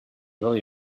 really